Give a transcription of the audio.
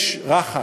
יש רחש,